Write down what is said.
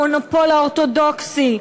המונופול האורתודוקסי,